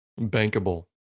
Bankable